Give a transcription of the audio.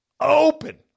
open